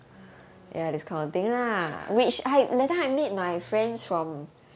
mm